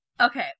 Okay